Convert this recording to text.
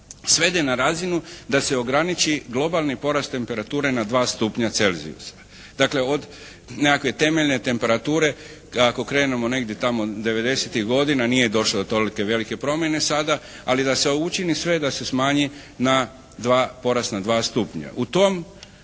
svede na razinu da se ograniči globalni porast temperature na 2 stupnja Celzijusa. Dakle od nekakve temeljne temperature ako krenemo negdje tamo 90-tih godina nije došlo do tolike velike promjene sada, ali da se učini sve da se smanji na 2, porast na 2 stupnja.